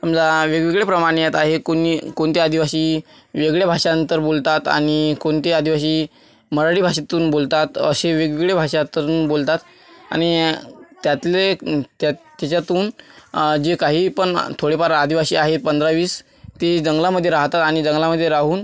समजा वेगवेगळे प्रमाणात आहे कुणी कोणते आदिवाशी वेगळे भाषांतर बोलतात आणि कोणते आदिवासी मराठी भाषेतून बोलतात असे वेगवेगळे भाषातंरून बोलतात आणि त्यातले त्या त्याच्यातून जे काहीपण थोडेफार आदिवासी आहे पंधरा वीस ते जंगलामधे राहतात आणि जंगलामधे राहून